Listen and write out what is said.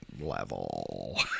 level